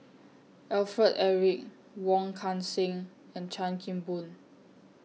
Alfred Eric Wong Kan Seng and Chan Kim Boon